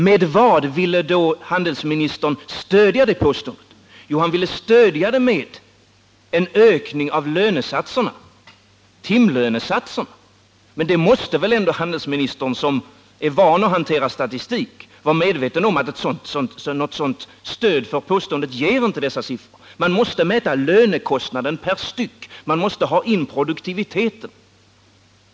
Med vad ville då handelsministern stödja detta påstående? Jo, han ville stödja det med en ökning av timlönesatserna. Men såsom van att hantera statistik måste väl handelsministern vara medveten om att dessa siffror inte ger något stöd för påståendet. Man måste mäta lönekostnaden per styck, man måste ha med produktiviteten.